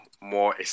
more